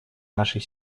нашей